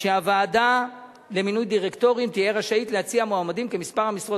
שהוועדה למינוי דירקטורים תהיה רשאית להציע מועמדים כמספר המשרות